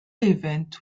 event